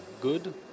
good